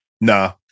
Nah